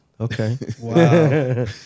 Okay